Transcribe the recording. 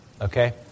okay